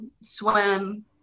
swim